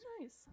Nice